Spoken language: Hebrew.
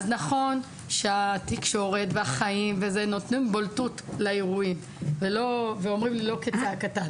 נכון שהתקשורת והחיים נותנים בולטות לאירועים ואומרים לא כצעקתה,